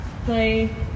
play